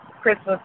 Christmas